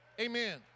Amen